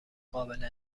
قابل